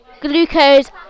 Glucose